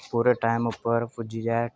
पूरे टैम उप्पर पुज्जी जाए